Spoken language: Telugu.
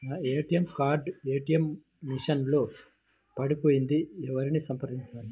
నా ఏ.టీ.ఎం కార్డు ఏ.టీ.ఎం మెషిన్ లో పడిపోయింది ఎవరిని సంప్రదించాలి?